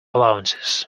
allowances